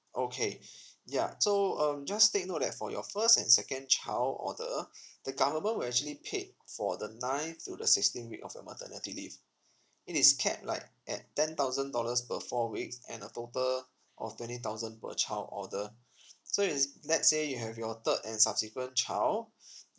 okay ya so um just take note that for your first and second child order the government will actually paid for the ninth though the sixteenth week of your maternity leave it is capped like at ten thousand dollars per four weeks and a total of twenty thousand per child order so if let's say you have your third and subsequent child